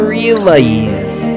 realize